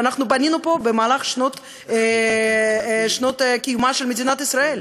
שאנחנו בנינו פה במהלך שנות קיומה של מדינת ישראל.